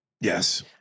Yes